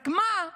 רק מה,